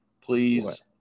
Please